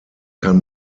kann